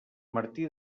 martí